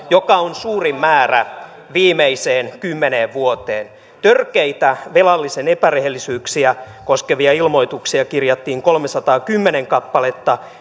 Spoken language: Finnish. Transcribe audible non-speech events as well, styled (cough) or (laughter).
(unintelligible) joka on suurin määrä viimeiseen kymmeneen vuoteen törkeitä velallisen epärehellisyyksiä koskevia ilmoituksia kirjattiin kolmesataakymmentä kappaletta (unintelligible)